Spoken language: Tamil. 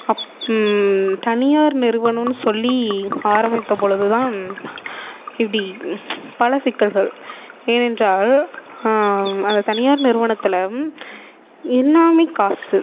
தனியார் நிறுவனம்ன்னு சொல்லி ஆரம்மித்த பொழுது தான் இப்படி பல சிக்கல்கள் ஏனென்றால் அது தனியார் நிறுவனத்தில் எல்லாமே காசு